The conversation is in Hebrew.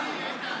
תן גם לי.